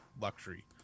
luxury